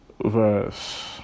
verse